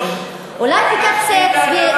איזה כיבוש?